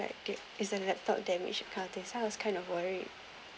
like it's an laptop damage kind of thing so I was kind of worried